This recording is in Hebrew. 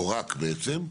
או רק, בעצם.